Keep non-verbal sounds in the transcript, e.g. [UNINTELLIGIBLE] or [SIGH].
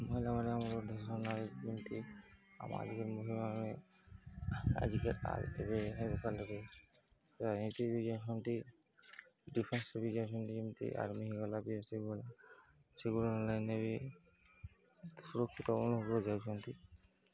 ମହିଳାମାନେ [UNINTELLIGIBLE] ଅନୁଭବ ଯାଉଛନ୍ତି